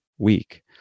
week